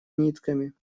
нитками